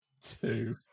Two